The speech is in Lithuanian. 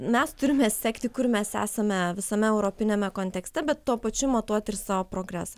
mes turime sekti kur mes esame visame europiniame kontekste bet tuo pačiu matuoti savo progresą